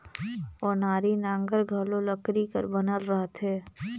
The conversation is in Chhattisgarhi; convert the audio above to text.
ओनारी नांगर घलो लकरी कर बनल रहथे